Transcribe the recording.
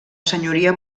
senyoria